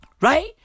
right